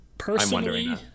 Personally